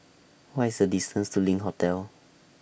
What IS The distance to LINK Hotel